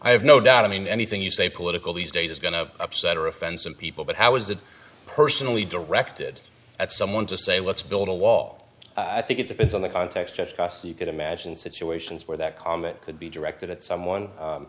i have no doubt i mean anything you say political these days is going to upset or offend some people but how is that personally directed at someone to say let's build a wall i think it depends on the context you could imagine situations where that comment could be directed at someone